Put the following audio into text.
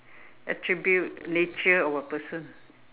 attribute nature of a person